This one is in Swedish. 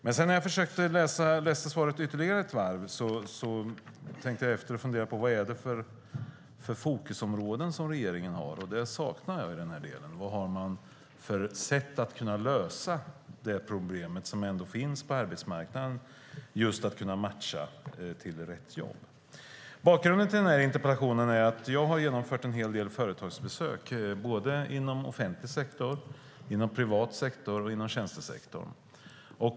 Men när jag läste svaret ännu en gång tänkte jag efter och funderade på vilka fokusområden regeringen har, och det saknar jag i denna del. Vad har regeringen för sätt att lösa det problem som finns på arbetsmarknaden när det gäller att kunna matcha till rätt jobb? Bakgrunden till interpellationen är att jag har genomfört en hel del arbetsplatsbesök inom offentlig sektor, privat sektor och tjänstesektor.